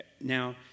Now